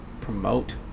promote